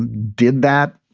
and did that,